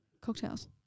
Cocktails